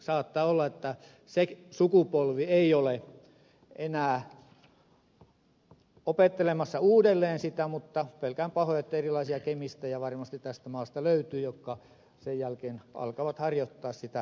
saattaa olla että se sukupolvi ei ole enää opettelemassa uudelleen sitä mutta pelkään pahoin että erilaisia kemistejä varmasti tästä maasta löytyy jotka sen jälkeen alkavat harjoittaa sitä mielenkiintoista toimintaa